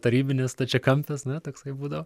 tarybinės stačiakampės na toksai būdavo